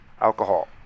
alcohol